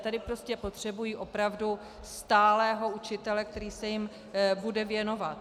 Tady prostě potřebují opravdu stálého učitele, který se jim bude věnovat.